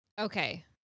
Okay